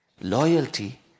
loyalty